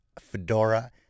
fedora